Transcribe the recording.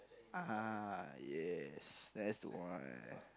(uh huh) yes that's the one